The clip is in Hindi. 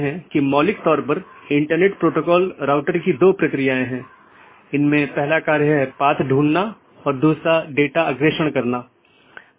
जैसे अगर मै कहूं कि पैकेट न 1 को ऑटॉनमस सिस्टम 6 8 9 10 या 6 8 9 12 और उसके बाद गंतव्य स्थान पर पहुँचना चाहिए तो यह ऑटॉनमस सिस्टम का एक क्रमिक सेट है